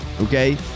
okay